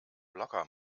locker